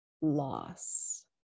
loss